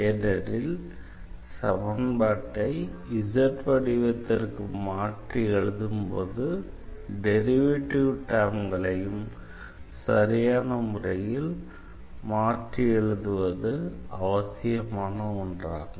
ஏனெனில் சமன்பாட்டை z வடிவத்திற்கு மாற்றி எழுதும் போது டெரிவேட்டிவ் டெர்ம்களையும் சரியான முறையில் மாற்றி எழுதுவது அவசியமான ஒன்றாகும்